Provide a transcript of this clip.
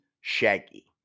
Shaggy